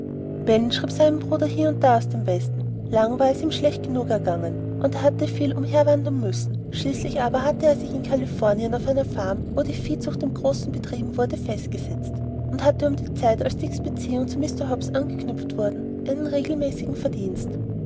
ben schrieb seinem bruder hie und da aus dem westen lang war es ihm schlecht genug ergangen und er hatte viel umherwandern müssen schließlich aber hatte er sich in kalifornien auf einer farm wo die viehzucht im großen betrieben wurde festgesetzt und hatte um die zeit als dicks beziehungen zu mr hobbs angeknüpft wurden seinen regelmäßigen verdienst